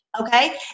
okay